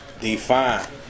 Define